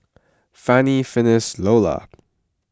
Fanny Finis Lolla